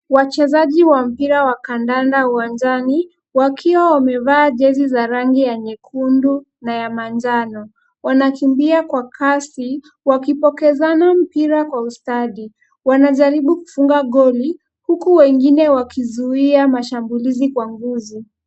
Wachezaji wa mpira wa kandanda uwanjani wakiwa wamevaa jezi za rangi ya nyekundu na ya manjano. Wanakimbia kwa kasi ,wakipokezana mpira kwa ustadi. Wanajaribu kufunga goli huku wengine wakizuia mashambulizi kwa nguvu.